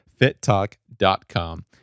fittalk.com